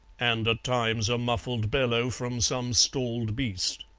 and at times a muffled bellow from some stalled beast.